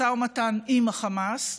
משא ומתן עם החמאס,